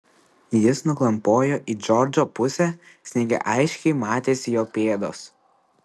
jis nuklampojo į džordžo pusę sniege aiškiai matėsi jo pėdos